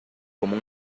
como